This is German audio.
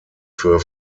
für